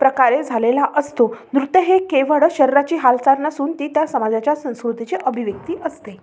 प्रकारे झालेला असतो नृत्य हे केवळ शरीराची हालचाल नसून ती त्या समाजाच्या संस्कृतीचे अभिव्यक्ती असते